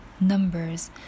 numbers